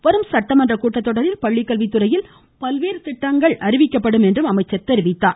வரும் சட்டமன்ற கூட்டத்தொடரில் பள்ளிக்கல்வித்துறையில் பல்வேறு திட்டங்கள் அறிவிக்கப்படும் என்றும் கூறினார்